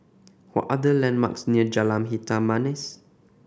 what are the landmarks near Jalan Hitam Manis